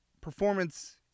performance—